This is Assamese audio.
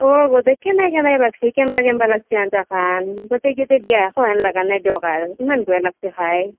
অঁ গোটেই কেনেই কেনেই লাগিছে কেম্বা কেম্বা লাগিছে আঞ্জাখান গোটেইকেটা বিয়া খৱা হান লগা নাই দিয়ক আৰ ইমান বেয়া লাগিছে খাই